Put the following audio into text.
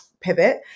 pivot